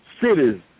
Cities